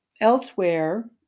elsewhere